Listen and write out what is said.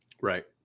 Right